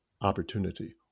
opportunity